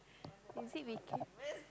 is it weekend